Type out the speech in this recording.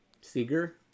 Seeger